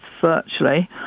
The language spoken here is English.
virtually